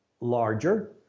larger